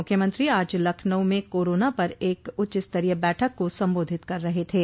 मुख्यमंत्री आज लखनऊ में कोरोना पर एक उच्चस्तरीय बैठक को संबोधित कर रहे थे